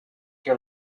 your